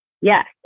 Yes